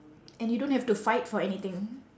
and you don't have to fight for anything